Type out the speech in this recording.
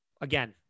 again